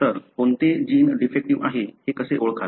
तर कोणते gene defective आहे हे कसे ओळखाल